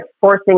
forcing